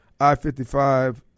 I-55